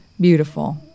beautiful